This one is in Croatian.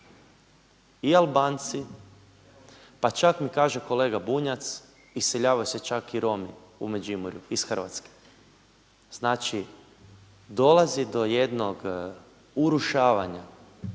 i Albanci, pa ča mi kaže kolega Bunjac, iseljavaju se čak i Romi u Međimurju iz Hrvatske. Znači, dolazi do jednog urušavanja,